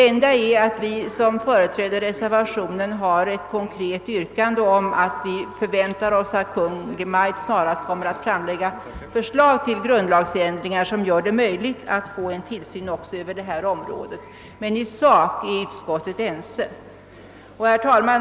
Enda skillnaden mellan utskottsmajoriteten och reservanterna är den att vi reservanter gör ett uttalande om att vi förväntar oss att Kungl. Maj:t snarast skall framlägga förslag till grundlagsändringar som möjliggör tillsyn även över detta område. Men i sak är utskottets ledamöter ense. Herr talman!